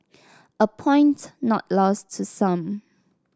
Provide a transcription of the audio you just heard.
a point not lost to some